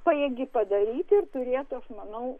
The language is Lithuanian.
pajėgi padaryti ir turėtų aš manau